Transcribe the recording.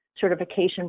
certification